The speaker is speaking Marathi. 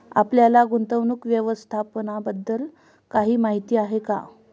आपल्याला गुंतवणूक व्यवस्थापनाबद्दल काही माहिती आहे का?